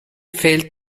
fällt